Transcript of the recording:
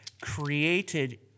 created